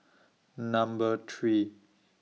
Number three